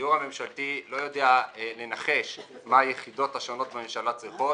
הדיור הממשלתי לא יודע לנחש מה היחידות השונות בממשלה צריכות,